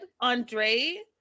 Andre